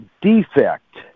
defect